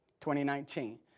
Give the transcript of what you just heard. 2019